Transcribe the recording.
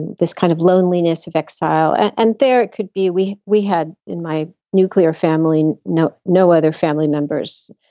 this kind of loneliness of exile. and there it could be we we had in my nuclear family know no other family members,